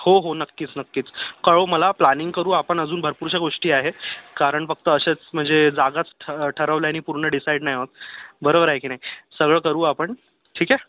हो हो नक्कीच नक्कीच कळव मला प्लानिंग करू आपण अजून भरपूरशा गोष्टी आहे कारण फक्त असेच म्हणजे जागाच ठ ठरवल्याने पूर्ण डिसाईड नाही होत बरोबर आहे की नाही सगळं करू आपण ठीक आहे